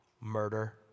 murder